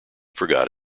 forgot